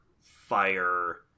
fire